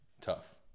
tough